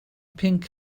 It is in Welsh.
pinc